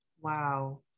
Wow